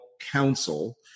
council